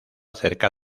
cerca